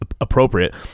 appropriate